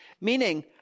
Meaning